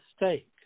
mistake